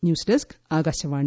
news desk Akashvani